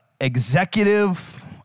executive